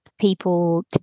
people